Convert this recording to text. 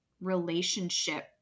relationship